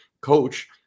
coach